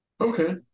Okay